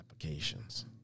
applications